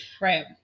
Right